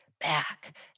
back